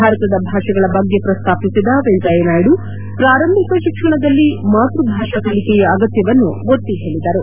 ಭಾರತದ ಭಾಷೆಗಳ ಬಗ್ಗೆ ಪ್ರಸ್ತಾಪಿಸಿದ ವೆಂಕಯ್ದನಾಯ್ಡು ಪ್ರಾರಂಭಿಕ ಶಿಕ್ಷಣದಲ್ಲಿ ಮಾತೃ ಭಾಷಾ ಕಲಿಕೆಯ ಅಗತ್ತವನ್ನು ಒತ್ತಿ ಹೇಳಿದರು